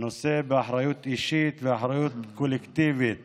נושא באחריות אישית ובאחריות קולקטיבית